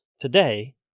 today